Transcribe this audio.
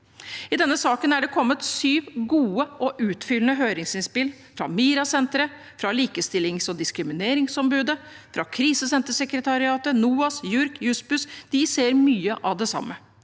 denne saken er det kommet syv gode og utfyllende høringsinnspill, fra MiRA-senteret, fra Likestillings- og diskrimineringsombudet, fra Krisesentersekretariatet, fra NOAS, JURK og Jussbuss. De ser mye av det samme.